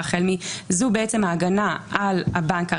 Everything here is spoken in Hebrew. החל מ-" זו ההגנה על הבנק הראשון,